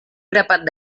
grapat